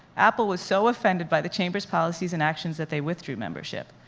apple was so offended by the chamber's policies and actions that they withdrew membership.